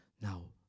Now